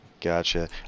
Gotcha